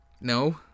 No